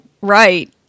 Right